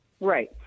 Right